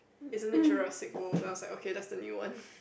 isn't it Jurassic World I was like that's the new one